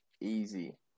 Easy